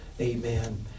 Amen